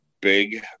big